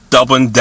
Dublin